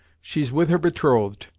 she's with her betrothed,